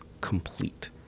complete